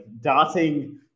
darting